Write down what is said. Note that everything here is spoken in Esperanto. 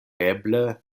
eble